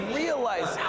realize